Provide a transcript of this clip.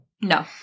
No